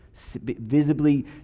Visibly